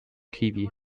kiwi